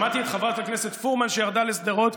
שמעתי את חברת הכנסת פרומן, שירדה לשדרות.